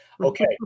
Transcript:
Okay